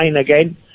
again